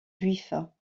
juifs